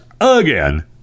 again